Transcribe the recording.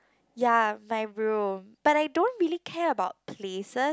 ya my room but I don't really care about places